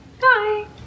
bye